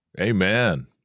Amen